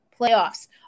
playoffs